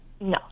No